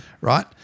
right